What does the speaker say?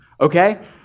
okay